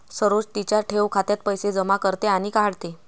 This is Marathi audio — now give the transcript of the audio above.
सरोज तिच्या ठेव खात्यात पैसे जमा करते आणि काढते